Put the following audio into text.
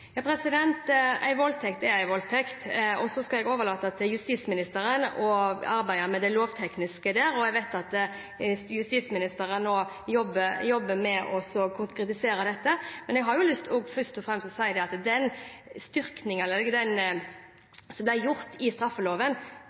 voldtekt er en voldtekt. Jeg skal overlate til justisministeren å arbeide med det lovtekniske, og jeg vet at justisministeren jobber med å konkretisere dette. Men jeg har først og fremst lyst til å si at den styrkingen i straffeloven som ble gjort av den forrige regjeringen, er det faktisk denne regjeringen som klarer å iverksette raskere, for det